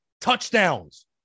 touchdowns